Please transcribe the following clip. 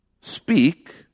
speak